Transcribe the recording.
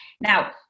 Now